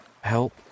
help